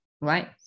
right